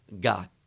god